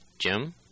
Jim